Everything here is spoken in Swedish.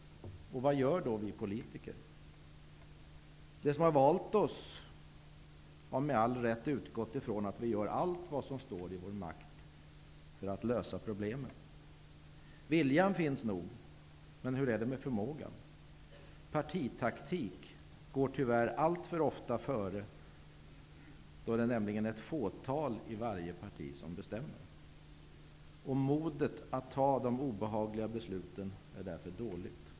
Vad gör då vi politiker? De som har valt oss har med all rätt utgått från att vi gör allt vad som står i vår makt för att lösa problemen. Viljan finns nog. Men hur är det med förmågan? Partitaktik går tyvärr alltför ofta före. Det är nämligen ett fåtal i varje parti som bestämmer. Modet att ta de obehagliga besluten är därför dåligt.